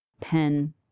Pen